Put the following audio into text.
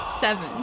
Seven